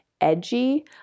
edgy